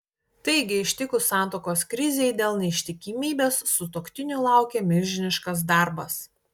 taigi ištikus santuokos krizei dėl neištikimybės sutuoktinių laukia milžiniškas darbas